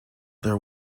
there